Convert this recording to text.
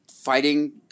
fighting